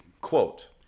Quote